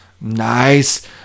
Nice